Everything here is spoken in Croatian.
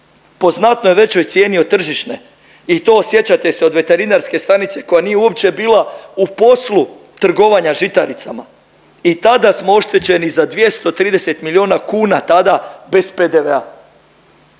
po znatno većoj cijeni od tržišne i to sjećate se od Veterinarske stanice koja nije uopće bila u poslu trgovanja žitaricama i tada smo oštećeni za 230 milijuna kuna tada bez PDV-a.